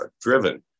driven